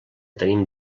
tenim